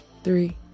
Three